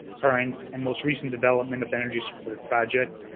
current, and most recent development of energy supported project.